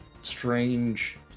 strange